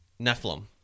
Nephilim